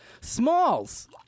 Smalls